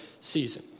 season